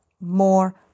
more